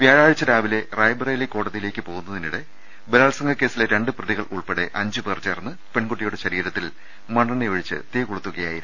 വ്യാഴാഴ്ച രാവിലെ റായ്ബറേലി കോടതിയിലേക്ക് പോകുന്നതിനിടെ ബലാത്സംഗ കേസിലെ രണ്ട് പ്രതികൾ ഉൾപ്പെടെ അഞ്ചുപേർ ചേർന്ന് പെൺകുട്ടിയുടെ ശരീരത്തിൽ മണ്ണെണ്ണയൊ ഴിച്ച് തീകൊളുത്തുകയായിരുന്നു